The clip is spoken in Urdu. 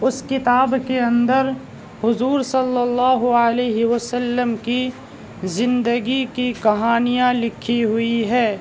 اس کتاب کے اندر حضور صلی اللہ علیہ وسلم کی زندگی کی کہانیاں لکھی ہوئی ہے